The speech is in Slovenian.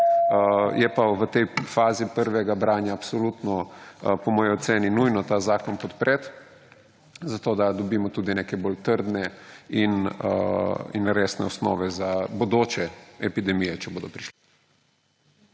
Je pa v tej fazi prvega branja absolutno po moji oceni nujno ta zakon podpreti, zato da dobimo tudi neke bolj trdne in resne osnove za bodoče epidemije, če bodo prišle.